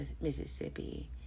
Mississippi